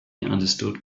understood